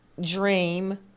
dream